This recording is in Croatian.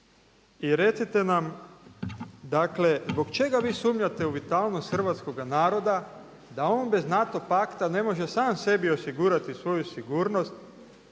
I recite nam dakle zbog čega vi sumnjate u vitalnost hrvatskoga naroda da on bez NATO pakta ne može sam sebi osigurati jer niste